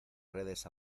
redes